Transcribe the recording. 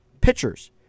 pitchers